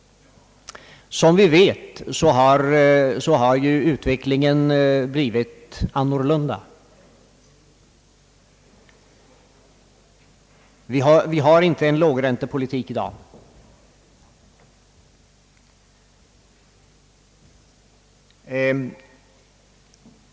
Som vi vet har utvecklingen blivit annorlunda. Vi har inte en lågräntepolitik i dag.